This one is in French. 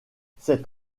cet